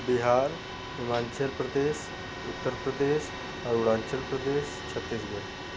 Bihar Himachal Pradesh Uttar Pradesh Arunachal Pradesh Chhattisgarh